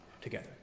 together